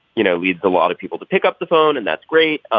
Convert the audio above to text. you know leads a lot of people to pick up the phone and that's great. um